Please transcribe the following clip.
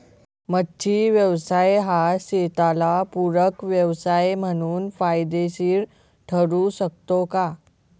मच्छी व्यवसाय हा शेताला पूरक व्यवसाय म्हणून फायदेशीर ठरु शकतो का?